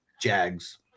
Jags